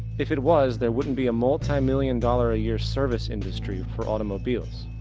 if it was, there wouldn't be a multi-million dollar a year service industry for automobiles.